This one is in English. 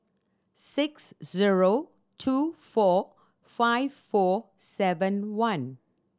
six zero two four five four seven one